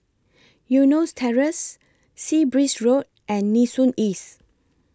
Eunos Terrace Sea Breeze Road and Nee Soon East